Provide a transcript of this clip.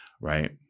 right